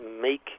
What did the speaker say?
make